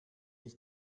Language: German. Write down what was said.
ich